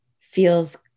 feels